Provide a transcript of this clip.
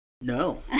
no